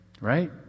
Right